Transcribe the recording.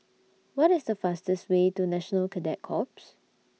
What IS The fastest Way to National Cadet Corps